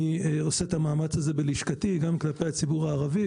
אני עושה את המאמץ הזה בלשכתי גם כלפי הציבור הערבי,